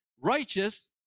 righteous